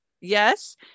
Yes